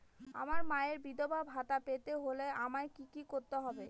আমার মায়ের বিধবা ভাতা পেতে হলে আমায় কি কি করতে হবে?